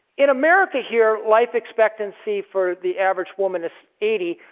in america here, life expectancy for the average woman is eighty.